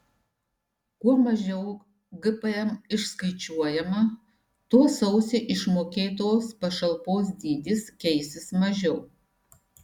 kuo mažiau gpm išskaičiuojama tuo sausį išmokėtos pašalpos dydis keisis mažiau